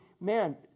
man